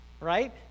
right